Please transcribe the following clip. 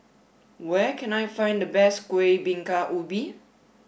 where can I find the best Kuih Bingka Ubi